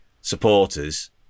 supporters